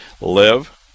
Live